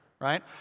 right